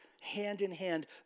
hand-in-hand